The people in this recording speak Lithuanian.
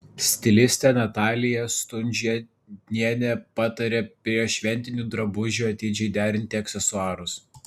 stilistė natalija stunžėnienė pataria prie šventinių drabužių atidžiai derinti aksesuarus